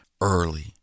early